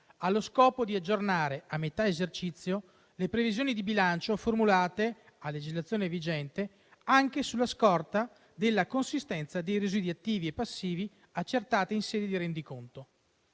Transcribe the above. ha lo scopo di aggiornare, a metà esercizio, le previsioni di bilancio formulate a legislazione vigente, anche sulla scorta della consistenza dei residui attivi e passivi accertati in sede di rendiconto.